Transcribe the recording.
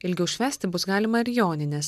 ilgiau švęsti bus galima ir jonines